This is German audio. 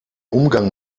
umgang